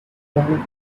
them